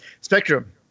Spectrum